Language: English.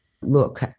look